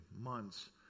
months